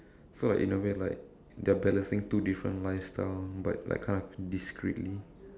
so like in a way like they're balancing two different lifestyle but like kind of discreetly